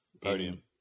podium